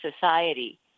society